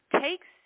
takes